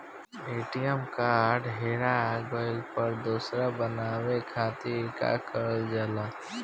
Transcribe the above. ATM card हेरा गइल पर दोसर बनवावे खातिर का करल जाला?